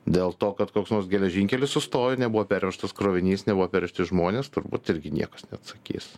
dėl to kad koks nors geležinkelis sustojo nebuvo pervežtas krovinys nebuvo pervežti žmonės turbūt irgi niekas neatsakys